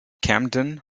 camden